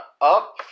up